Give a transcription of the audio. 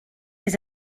les